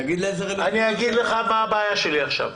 אני אומר לך מה הבעיה שלי עכשיו.